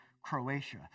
Croatia